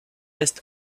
est